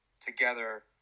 together